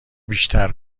بیشتر